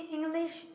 English